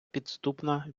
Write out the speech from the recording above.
підступна